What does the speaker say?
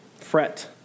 fret